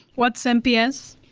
what's nps?